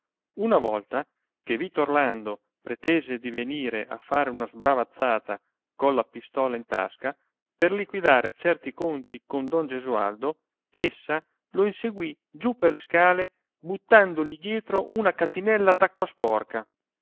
una volta che vito orlando pretese di venire a fare una sbravazzata colla pistola in tasca per liquidare certi conti con don gesualdo essa lo inseguì giù per le scale buttandogli dietro una catinella d'acqua sporca